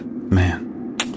Man